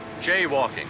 Jaywalking